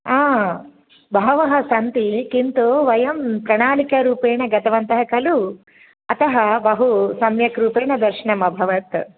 बहवः सन्ति किन्तु वयं प्रणालिकारुपेण गतवन्तः खलु अतः बहुसम्यक्रूपेण दर्शनम् अभवत्